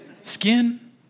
skin